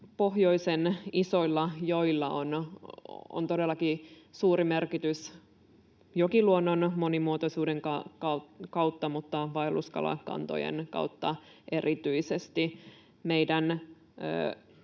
pohjoisen isoilla joilla on todellakin suuri merkitys jokiluonnon monimuotoisuuden kautta, mutta erityisesti vaelluskalakantojen kautta. Kun